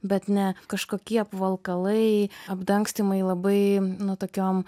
bet ne kažkokie apvalkalai apdangstymai labai nu tokiom